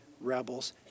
rebels